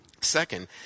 second